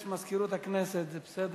יש מזכירות הכנסת, זה בסדר.